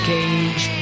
Cage